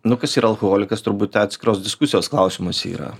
nu kas yra alkoholikas turbūt atskiros diskusijos klausimas yra